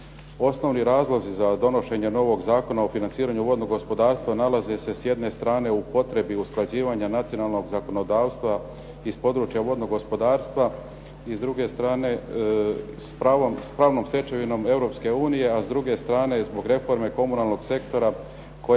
Osnovni razlozi za donošenje novog Zakona o financiranju vodnog gospodarstva nalaze se s jedne strane u potrebi usklađivanja nacionalnog zakonodavstva iz područja vodnog gospodarstva i s druge strane s pravnom stečevinom EU, a s druge strane i zbog reforme komunalnog sektora koja je predviđena